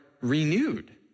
renewed